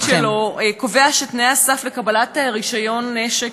החוק בגרסה הנוכחית שלו קובע שתנאי הסף לקבלת רישיון נשק